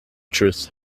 truth